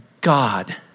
God